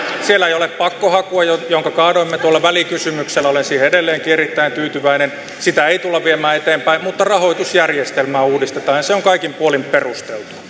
siellä ei ole pakkohakua jonka kaadoimme tuolla välikysymyksellä olen siihen edelleenkin erittäin tyytyväinen sitä ei tulla viemään eteenpäin mutta rahoitusjärjestelmää uudistetaan ja se on kaikin puolin perusteltua